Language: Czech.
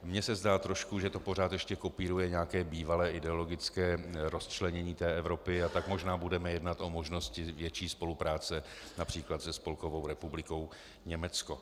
Mně se zdá trošku, že to pořád ještě kopíruje nějaké bývalé ideologické rozčlenění Evropy, tak možná budeme jednat o možnosti větší spolupráce např. se Spolkovou republikou Německo.